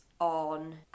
on